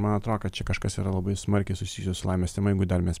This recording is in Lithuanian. man atrodo kad čia kažkas yra labai smarkiai susisio su lamės tema jeigu dar mes